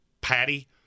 patty